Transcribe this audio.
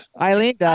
Eileen